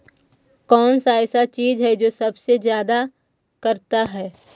कौन सा ऐसा चीज है जो सबसे ज्यादा करता है?